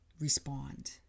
respond